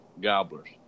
gobblers